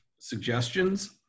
suggestions